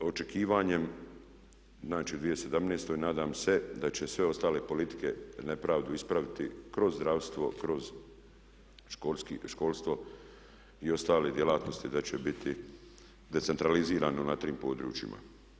S tim očekivanjem, znači u 2017., nadam se da će sve ostale politike nepravdu ispraviti kroz zdravstvo, kroz školstvo i ostale djelatnosti i da će biti decentralizirane na tim područjima.